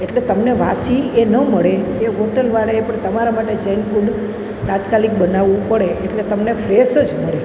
એટલે તમને વાસી એ ન મળે એ હોટલવાળાએ પણ તમારા માટે જૈન ફૂડ તાત્કાલિક બનાવવું પડે એટલે તમને ફ્રેસ જ મળે